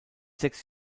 sechs